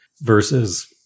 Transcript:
Versus